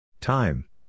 Time